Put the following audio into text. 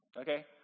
okay